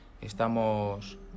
estamos